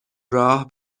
راه